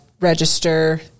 register